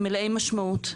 מלאי משמעות,